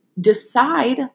decide